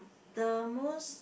the most